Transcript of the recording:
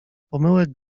pomyłek